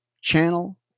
channel